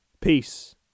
Peace